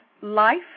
life